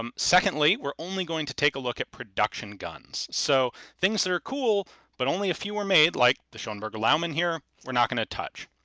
um secondly, we're only going to take a look at production guns, so things that are cool but only a few were made, like the schonberger laumann here, we're not going to touch.